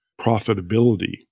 profitability